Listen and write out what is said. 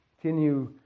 continue